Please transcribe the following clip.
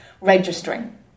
registering